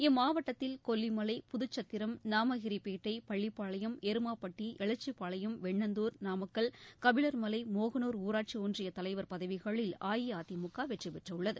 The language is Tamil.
இம்மாவட்டத்தில் கொல்லிமலை புதுச்சத்திரம் நாமகிரிப்பேட்டை பள்ளிப்பாளையம் எருமாப்பட்டி எளச்சிப்பாளையம் வெண்ணந்தூர் நாமக்கல் கபிலர்மலை மோகனூர் ஊராட்சி ஒன்றிய தலைவர் பதவிகளில் அஇஅதிமுக வெற்றி பெற்றுள்ளது